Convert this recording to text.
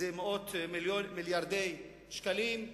זה מאות מיליארדי שקלים.